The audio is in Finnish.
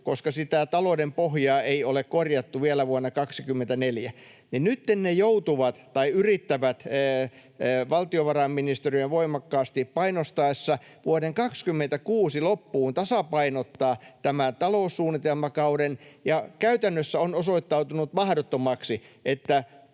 koska sitä talouden pohjaa ei ole korjattu vielä vuonna 24 — on se, että nytten ne joutuvat tasapainottamaan, tai yrittävät valtiovarainministeriön voimakkaasti painostaessa tasapainottaa, vuoden 26 loppuun tämän taloussuunnitelmakauden. Käytännössä on osoittautunut mahdottomaksi,